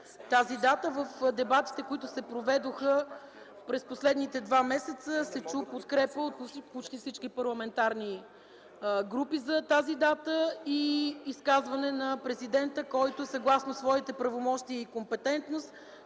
тази дата. В дебатите, които се проведоха през последните два месеца, се чу подкрепа от почти всички парламентарни групи за тази дата и изказване на президента, който съгласно своите правомощия и компетентност,